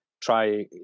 Try